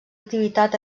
activitat